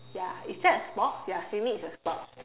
ya is that sports ya swimming is a sport